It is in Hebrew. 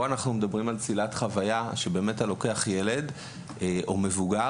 פה אנחנו מדברים על כך שאתה לוקח ילד או מבוגר